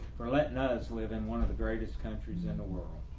for letting us live in one of the greatest countries in the world.